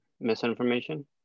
misinformation